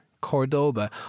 Cordoba